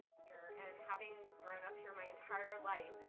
and having grown up here my entire life,